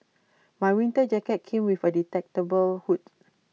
my winter jacket came with A detachable hood